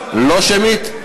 לא שמית?